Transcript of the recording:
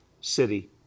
city